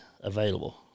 available